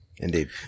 Indeed